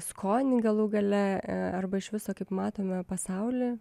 skonį galų gale arba iš viso kaip matome pasaulį